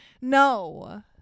no